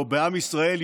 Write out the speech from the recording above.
או בעם ישראל,